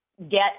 get